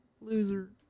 Loser